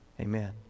Amen